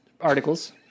articles